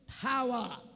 power